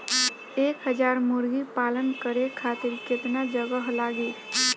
एक हज़ार मुर्गी पालन करे खातिर केतना जगह लागी?